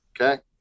okay